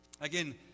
Again